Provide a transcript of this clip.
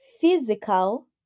physical